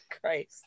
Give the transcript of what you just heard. Christ